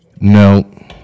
No